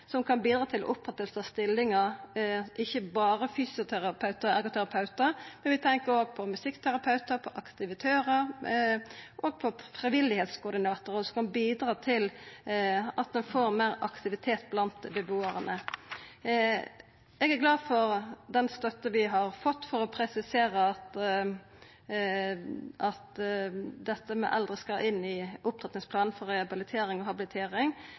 som kan bidra til oppretting av stillingar, ikkje berre fysioterapeutar og ergoterapeutar, men vi tenkjer òg på musikkterapeutar, på aktivitørar og på frivilligkoordinatorar som kan bidra til at det vert meir aktivitet blant bebuarane. Eg er glad for den støtta vi har fått for å presisera at eldre skal inn i opptrappingsplanen for rehabilitering og habilitering,